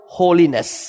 holiness